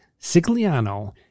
Sigliano